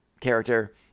character